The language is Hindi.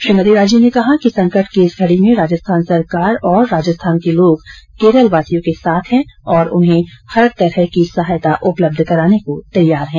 श्रीमती राजे ने कहा कि संकट की इस घड़ी में राजस्थान सरकार और राजस्थान के लोग केरलवासियों के साथ हैं और उन्हें हर तरह की सहायता उपलब्ध कराने को तैयार हैं